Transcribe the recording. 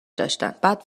داشتن، بعد